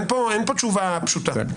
אין פה תשובה פשוטה.